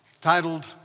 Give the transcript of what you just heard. titled